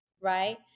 Right